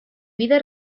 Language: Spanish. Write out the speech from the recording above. vida